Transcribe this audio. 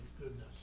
goodness